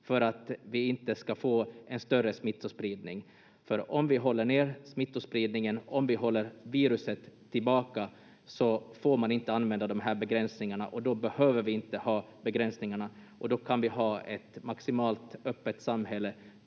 för att vi inte ska få en större smittospridning. Om vi håller ner smittospridningen, om vi håller viruset tillbaka, så får man inte använda de här begränsningarna. Då behöver vi inte ha begränsningarna och då kan vi ha ett maximalt öppet samhälle